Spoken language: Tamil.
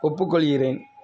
ஒப்புக்கொள்கிறேன்